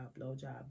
blowjob